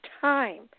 time